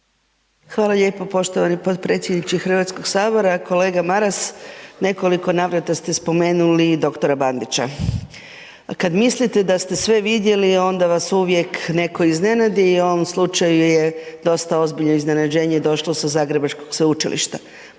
Hvala lijepo poštovani potpredsjedniče HS. Kolega Maras, u nekoliko navrata ste spomenuli dr. Bandića. Kad mislite da ste sve vidjeli, onda vas uvijek netko iznenadi i u ovom slučaju je dosta ozbiljno iznenađenje došlo sa Zagrebačkog Sveučilišta.